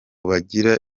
bagira